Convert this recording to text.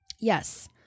Yes